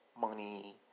money